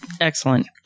Excellent